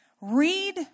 read